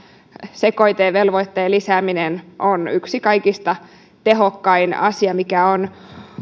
sekoitevelvoitteen lisääminen on yksi kaikista tehokkaimpia asioita mikä on